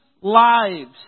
lives